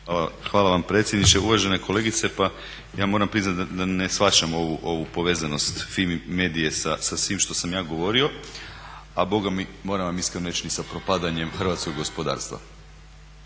Hvala vam predsjedniče. Uvažena kolegice, ja moram priznat da ne shvaćam ovu povezanost Fimi medie sa svim što sam ja govorio, a moram vam iskreno reći ni sa propadanjem hrvatskog gospodarstva.